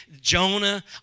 Jonah